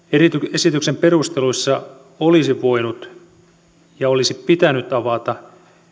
esityksen perusteluissa olisi voinut ja olisi pitänyt avata